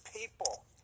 people